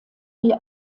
wie